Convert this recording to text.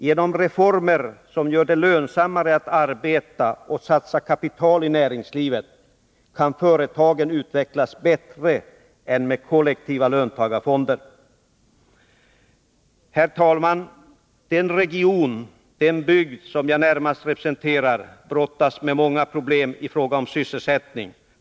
Genom reformer som gör det lönsammare att arbeta och att satsa kapital i näringslivet kan företagen utvecklas bättre än med kollektiva löntagarfonder. Herr talman! Den region, den bygd, som jag närmast representerar brottas med många problem i fråga om sysselsättning.